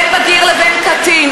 בין בגיר לבין קטין.